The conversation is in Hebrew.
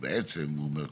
בעצם הוא אומר,